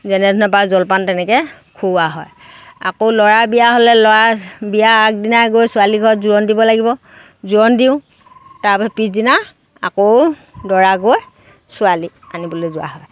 যেনেধৰণে পাৰোঁ জলপান তেনেকৈ খুওৱা হয় আকৌ ল'ৰা বিয়া হ'লে ল'ৰা বিয়া আগদিনা গৈ ছোৱালী ঘৰত জোৰোণ দিব লাগিব জোৰোণ দিওঁ তাৰ পাছত পিছদিনা আকৌ দৰা গৈ ছোৱালী আনিবলৈ যোৱা হয়